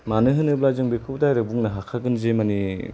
मानो होनोब्ला जों बेखौ डायरेक्ट बुंनो हाखागोन जे माने